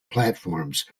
platforms